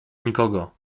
nikogo